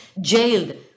jailed